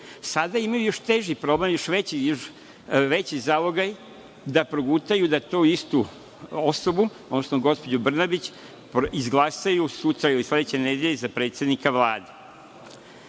imaju teži problem, još veći zalogaj, da progutaju da tu istu osobu, odnosno gospođu Brnabić izglasaju sutra ili sledeće nedelje za predsednika Vlade.